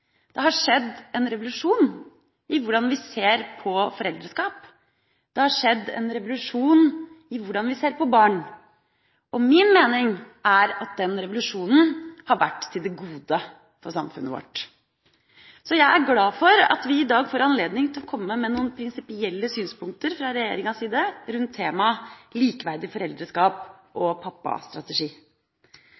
Det har skjedd en revolusjon i hvordan vi ser på foreldreskap. Det har skjedd en revolusjon i hvordan vi ser på barn. Min mening er at den revolusjonen har vært til det gode for samfunnet vårt. Jeg er glad for at vi i dag får anledning til å komme med noen prinsipielle synspunkter fra regjeringas side rundt temaet likeverdig foreldreskap og